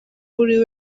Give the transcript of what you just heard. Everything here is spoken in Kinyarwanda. kuri